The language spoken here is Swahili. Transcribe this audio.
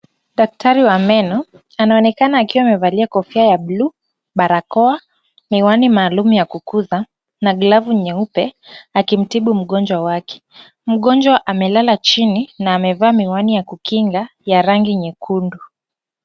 Daktari wa meno anaonekana akiwa amevaa kofia ya buluu, barakoa, miwani maalum ya kukinga na glavu nyeupe akimtibu mgonjwa wake. Mgonjwa amelala chini na amevaa miwani ya kukinga ya rangi nyekundu.